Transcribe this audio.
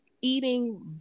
eating